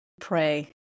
pray